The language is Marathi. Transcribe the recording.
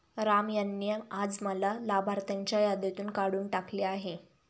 राम यांनी आज मला लाभार्थ्यांच्या यादीतून काढून टाकले आहे